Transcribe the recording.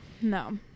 no